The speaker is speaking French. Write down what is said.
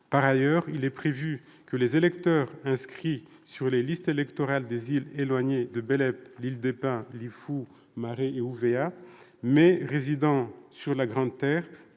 Par ailleurs, il prévoit que les électeurs inscrits sur les listes électorales des communes éloignées de Bélep, de l'île des Pins, de Lifou, de Maré et d'Ouvéa, mais résidant sur la Grande-Terre,